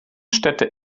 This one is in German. städte